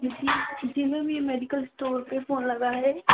जी ma'am ये medical store पर phone लगा है